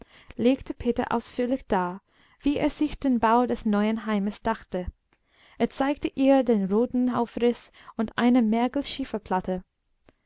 legte peter ausführlich dar wie er sich den bau des neuen heimes dachte er zeigte ihr den rohen aufriß auf einer